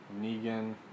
Negan